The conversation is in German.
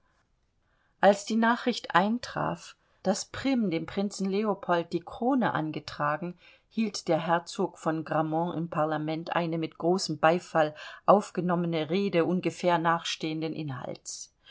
als die nachricht eintraf daß prim dem prinzen leopold die krone angetragen hielt der herzog von grammont im parlament eine mit großem beifall aufgenommene rede ungefähr nachstehenden inhalts